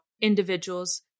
individuals